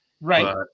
Right